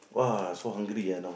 !wah! so hungry ah now